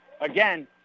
Again